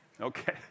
Okay